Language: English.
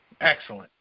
Excellent